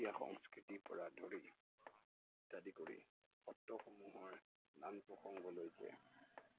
সত্ৰীয়া সংস্কৃতিৰ পৰা ধৰি ইত্যাদি কৰি সত্ৰসমূহৰ নাম প্ৰসংগলৈকে